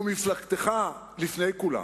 ומפלגתך לפני כולם,